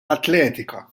atletika